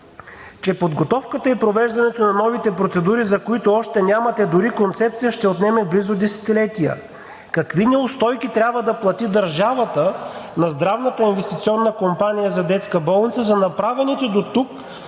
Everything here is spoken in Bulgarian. че подготовката и провеждането на новите процедури, за които още нямате дори концепция, ще отнеме близо десетилетие?! Какви неустойки трябва да плати държавата на Здравната инвестиционна компания за детска болница за направените дотук